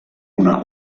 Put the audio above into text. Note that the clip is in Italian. una